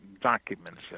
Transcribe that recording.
documents